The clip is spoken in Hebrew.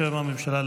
בשם הממשלה,